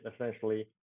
essentially